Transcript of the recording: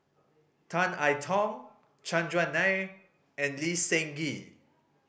Tan I Tong Chandran Nair and Lee Seng Gee